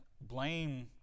blame